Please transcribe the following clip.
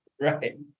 Right